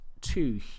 two